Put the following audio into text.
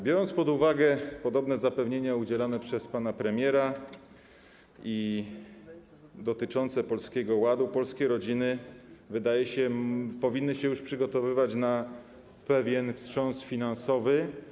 Biorąc pod uwagę podobne zapewnienia udzielane przez pana premiera i dotyczące Polskiego Ładu, polskie rodziny, wydaje się, powinny już przygotowywać się na pewien wstrząs finansowy.